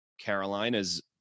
carolina's